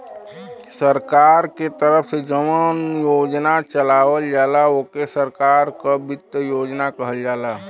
सरकार के तरफ से जौन योजना चलावल जाला ओके सरकार क वित्त योजना कहल जाला